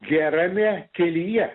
gerame kelyje